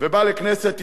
ובא לכנסת ישראל,